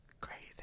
crazy